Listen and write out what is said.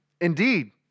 Indeed